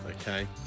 Okay